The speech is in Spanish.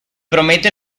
promete